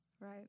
Right